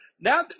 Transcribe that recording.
now